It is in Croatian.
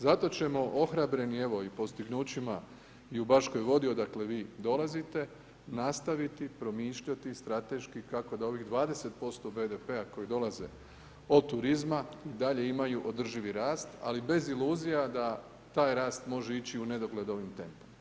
Zato ćemo ohrabreni evo i postignućima i u Baškoj Vodi odakle vi dolazite nastaviti promišljati strateški kako da ovih 20% BDP-a koji dolaze od turizma i dalje imaju održivi rast, ali bez iluzija da taj rast može ići u nedogled ovim tempom.